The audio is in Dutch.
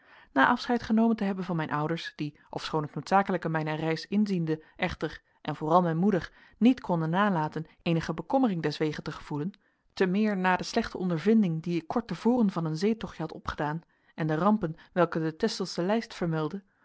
na afscheid genomen te hebben van mijn ouders die ofschoon het noodzakelijke mijner reis inziende echter en vooral mijn moeder niet konden nalaten eenige bekommering deswege te gevoelen te meer na de slechte ondervinding die ik kort te voren van een zeetochtje had opgedaan en de rampen welke de texelsche lijst vermeldde